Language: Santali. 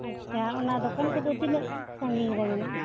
ᱟᱪᱪᱷᱟ ᱚᱱᱟ ᱫᱚᱠᱟᱱ ᱠᱚᱫᱚ ᱛᱤᱱᱟᱹ ᱥᱟᱹᱜᱤᱧ ᱨᱮ ᱢᱮᱱᱟᱜᱼᱟ